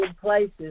places